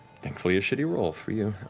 thankfully a shitty roll for you.